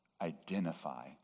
identify